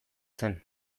zen